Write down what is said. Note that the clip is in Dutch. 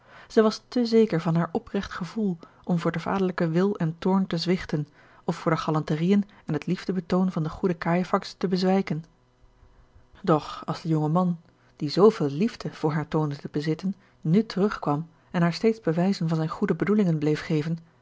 zij was te zeker van haar opregt gevoel om voor den vaderlijken wil en toorn te zwichten of voor de galanteriën en het liefdebetoon van den goeden cajefax te bezwijken doch als de jonge man die zooveel liefde voor haar toonde te bezitten nu terug kwam en haar steeds bewijzen van zijne goede bedoelingen bleef geven